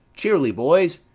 cheerly, boys!